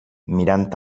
mirant